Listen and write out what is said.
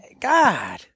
God